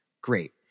great